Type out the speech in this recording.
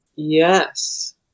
yes